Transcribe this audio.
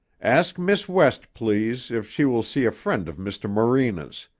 ask miss west please, if she will see a friend of mr. morena's.